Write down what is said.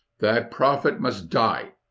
that prophet must die.